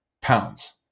pounds